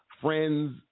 friends